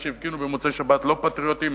אלה שהפגינו במוצאי-שבת לא פטריוטים